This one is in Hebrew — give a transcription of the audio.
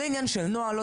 זה עניין של נוהל,